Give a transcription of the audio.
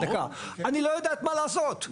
אני לא יודעת מה לעשות.